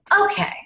okay